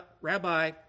Rabbi